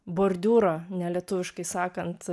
bordiūro nelietuviškai sakant